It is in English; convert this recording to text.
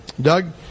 Doug